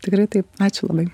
tikrai taip ačiū labai